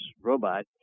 robot